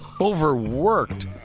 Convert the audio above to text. overworked